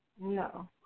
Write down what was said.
No